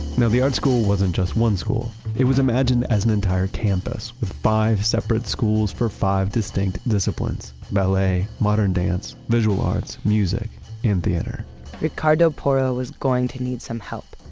now, the art school wasn't just one school, it was imagined imagined as an entire campus with five separate schools for five distinct disciplines ballet, modern dance, visual arts, music and theater ricardo porro was going to need some help.